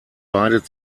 beide